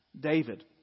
david